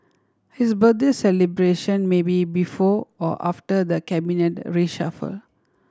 his birthday celebration may be before or after the Cabinet reshuffle